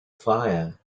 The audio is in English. fire